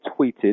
tweeted